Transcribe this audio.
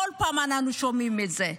כל פעם אנחנו שומעים את זה.